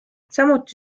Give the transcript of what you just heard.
samuti